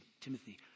Timothy